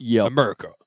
America